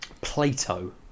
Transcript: Plato